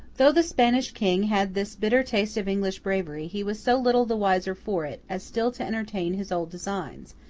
though the spanish king had this bitter taste of english bravery, he was so little the wiser for it, as still to entertain his old designs,